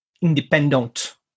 independent